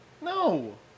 No